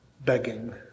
begging